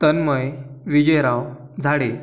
तन्मय विजयराव झाडे